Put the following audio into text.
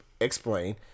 explain